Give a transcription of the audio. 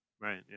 Right